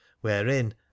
wherein